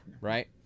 Right